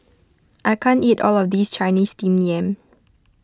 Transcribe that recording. I can't eat all of this Chinese Steamed Yam